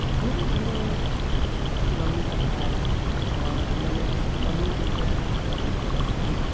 धीरे धीरे मम्मी का ख़याल आया और मैंने मम्मी के ऊपर एक कविता लिखी थी